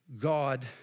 God